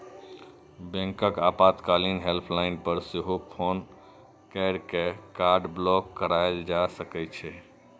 बैंकक आपातकालीन हेल्पलाइन पर सेहो फोन कैर के कार्ड ब्लॉक कराएल जा सकै छै